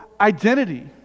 identity